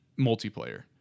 multiplayer